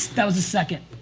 that was the second.